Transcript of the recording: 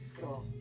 cool